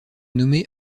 nommée